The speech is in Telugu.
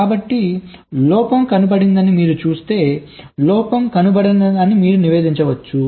కాబట్టి లోపం కనుగొనబడిందని మీరు చూస్తే లోపం కనుగొనబడిందని మీరు నివేదించవచ్చు